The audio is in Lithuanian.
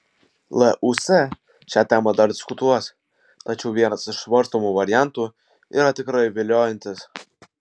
lūs šia tema dar diskutuos tačiau vienas iš svarstomų variantų yra tikrai viliojantis